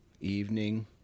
evening